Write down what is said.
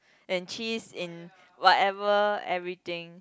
and cheese in whatever everything